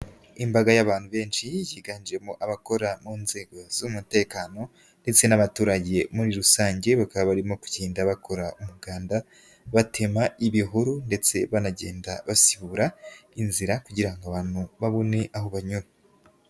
Imbaga y'abantu benshi yiganjemo abakora mu nzego z'umutekano ndetse n'abaturage muri rusange, bakaba barimo kugenda bakora umuganda batema ibihuru ndetse banagenda basibura inzira kugira ngo abantu babone aho banyura.